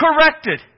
corrected